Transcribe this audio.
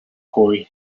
corey